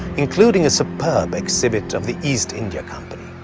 including a superb exhibit of the east india company.